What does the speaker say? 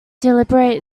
deliberate